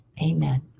Amen